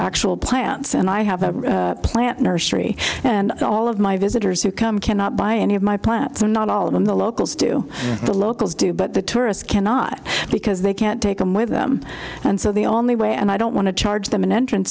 actual plants and i have a plant nursery and all of my visitors who come cannot buy any of my plants and not all of them the locals do the locals do but the tourists cannot because they can't take them with them and so the only way and i don't want to charge them an entrance